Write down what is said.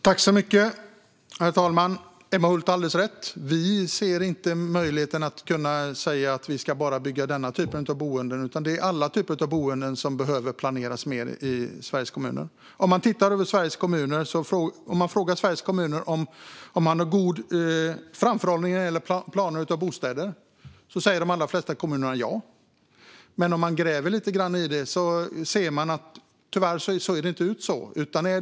Herr talman! Emma Hult har alldeles rätt. Vi anser inte att vi kan säga att vi bara ska bygga denna typ av boenden, utan alla typer av boenden behöver planeras mer i Sveriges kommuner. Om man frågar Sveriges kommuner om de har god framförhållning när det gäller planering av bostäder, säger de allra flesta kommuner ja. Men om man gräver lite grann i det ser man att det tyvärr inte ser ut så.